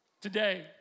Today